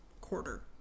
quarter